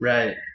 Right